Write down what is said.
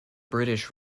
british